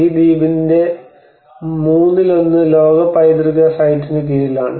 ഈ ദ്വീപിന്റെ മൂന്നിലൊന്ന് ലോക പൈതൃക സൈറ്റിന് കീഴിലാണ്